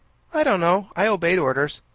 i don't know. i obeyed orders.